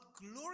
glory